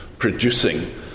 Producing